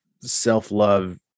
self-love